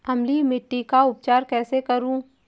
अम्लीय मिट्टी का उपचार कैसे करूँ?